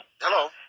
Hello